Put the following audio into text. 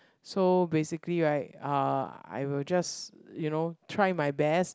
so basically right uh I will just you know try my best